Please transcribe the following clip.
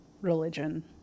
religion